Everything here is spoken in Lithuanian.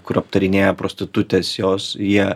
kur aptarinėja prostitutes jos jie